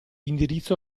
indirizzo